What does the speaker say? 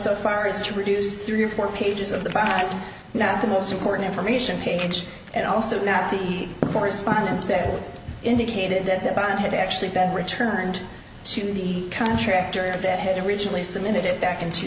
so far as to produce three or four pages of the five not the most important information page and also not the correspondence that indicated that the bond had actually been returned to the contractor if it had originally submitted it back in two